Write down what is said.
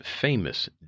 famous